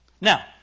Now